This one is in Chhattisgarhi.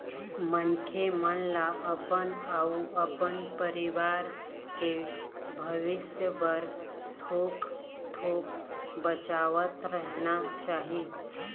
मनखे मन ल अपन अउ अपन परवार के भविस्य बर थोक थोक बचावतरहना चाही